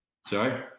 Sorry